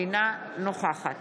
אינה נוכחת